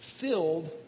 filled